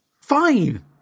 Fine